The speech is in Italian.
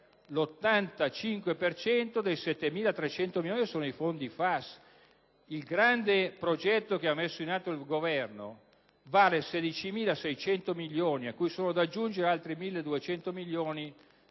cento dei 7.300 milioni di fondi FAS. Il grande progetto che ha messo in atto il Governo vale 16.600 milioni, a cui sono da aggiungere altri 1.200 milioni,